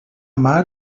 mar